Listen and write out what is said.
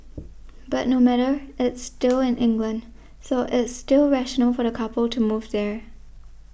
but no matter it's still in England so it's still rational for the couple to move there